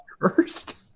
first